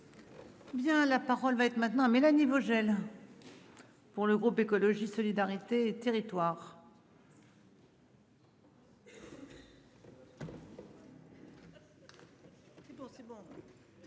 Bien. La parole va être maintenant Mélanie Vogel. Pour le groupe écologiste solidarité et territoires.